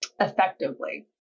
effectively